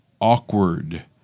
awkward